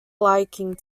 liking